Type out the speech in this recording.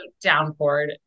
downpour